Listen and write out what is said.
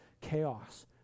chaos